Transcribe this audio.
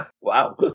Wow